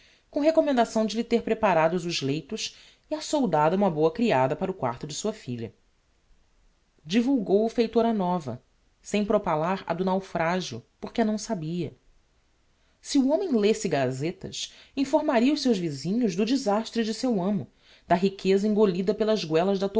com recommendação de lhe ter preparados os leitos e assoldadada uma boa criada para o quarto de sua filha divulgou o feitor a nova sem propalar a do naufragio porque a não sabia se o homem lesse gazetas informaria os seus visinhos do desastre de seu amo da riqueza engolida pelas guelas da